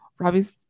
Robbie's